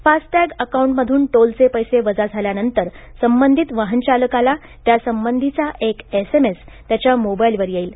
FASTag अकाउंटमधून टोलचे पैसे वजा झाल्यानंतर संबंधित वाहन चालकाला त्या संबंधीचा एक एसएमएस त्यांच्या मोबाईलवर येईल